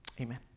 Amen